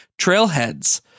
trailheads